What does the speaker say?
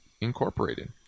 Incorporated